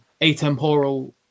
atemporal